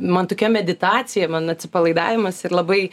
man tokia meditacija man atsipalaidavimas ir labai